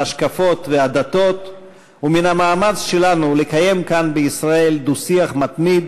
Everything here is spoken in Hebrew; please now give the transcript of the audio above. ההשקפות והדתות ומן המאמץ שלנו לקיים כאן בישראל שיח מתמיד,